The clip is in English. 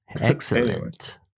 Excellent